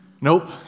Nope